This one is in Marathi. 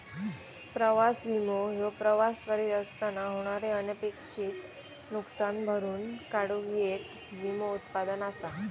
प्रवास विमो ह्यो प्रवास करीत असताना होणारे अनपेक्षित नुसकान भरून काढूक येक विमो उत्पादन असा